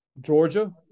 Georgia